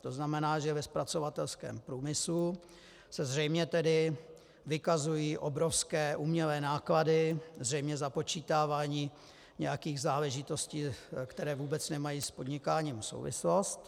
To znamená, že ve zpracovatelském průmyslu se zřejmě tedy vykazují obrovské umělé náklady, zřejmě započítávání nějakých záležitostí, které vůbec nemají s podnikáním souvislost.